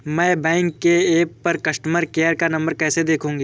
मैं बैंक के ऐप पर कस्टमर केयर का नंबर कैसे देखूंगी?